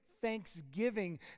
thanksgiving